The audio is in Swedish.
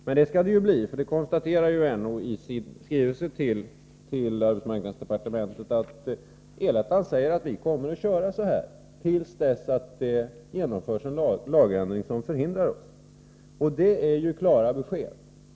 Men det kommer det att bli, därför att NO konstaterar i sin skrivelse till arbetsmarknadsdepartementet att El-ettan säger att man kommer att köra så här tills det genomförs en lagändring som hindrar dem. Det är klara besked.